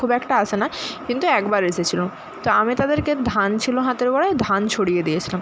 খুব একটা আসে না কিন্তু একবার এসেছিলো তো আমি তাদেরকে ধান ছিলো হাতের গোড়ায় ধান ছড়িয়ে দিয়েছিলাম